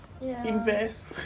invest